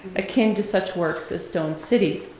akin to such works as stone city,